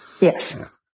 Yes